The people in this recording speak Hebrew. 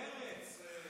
גם מרצ,